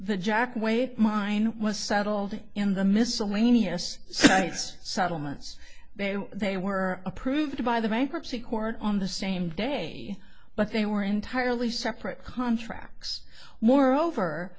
the jack waite mine was settled in the miscellaneous sites settlements they were approved by the bankruptcy court on the same day but they were entirely separate contracts moreover